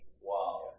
Wow